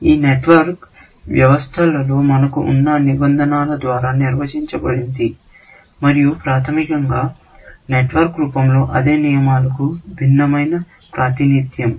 ఈ నెట్వర్క్ వ్యవస్థలో మనకు ఉన్న నిబంధనల ద్వారా నిర్వచించబడింది మరియు ప్రాథమికంగా నెట్వర్క్ రూపంలో అదే నియమాలకు భిన్నమైన ప్రాతినిధ్యం